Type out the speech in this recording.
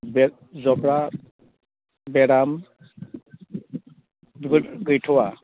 बे जब्रा बेराम बेफोर गैथ'आ